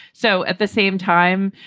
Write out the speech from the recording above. so at the same time,